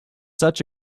such